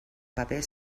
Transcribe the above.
paper